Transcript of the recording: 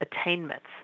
attainments